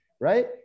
right